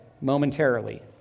momentarily